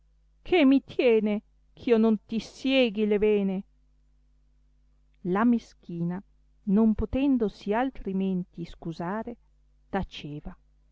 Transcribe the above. clie mi tiene ch'io non ti sieghi le vene la meschina non potendosi altrimenti iscusare taceva